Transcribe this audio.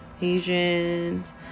Asians